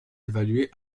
évaluée